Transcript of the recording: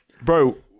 bro